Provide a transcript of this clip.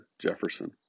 Jefferson